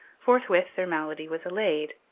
forthwith their malady was allayed.